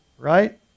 Right